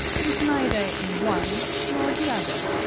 it is neither in one nor the other,